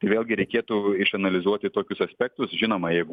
tai vėlgi reikėtų išanalizuoti tokius aspektus žinoma jeigu